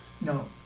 No